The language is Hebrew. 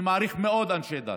אני מעריך מאוד אנשי דת.